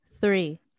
three